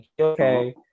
okay